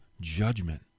judgment